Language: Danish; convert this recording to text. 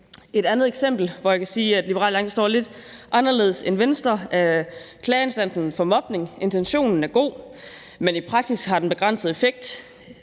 Et andet eksempel, hvor jeg kan sige at Liberal Alliance står lidt anderledes end Venstre, er Den Nationale Klageinstansen mod Mobning. Intentionen er god, men i praksis har den begrænset effekt.